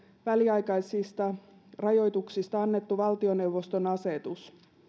väliaikaisista rajoituksista annettu valtioneuvoston asetus